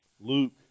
Luke